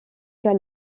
cas